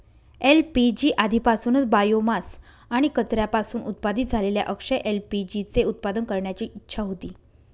LPG आधीपासूनच biomass आणि कचऱ्यापासून उत्पादित झालेल्या अक्षय एल.पी.जी चे उत्पादन करण्याची इच्छा होती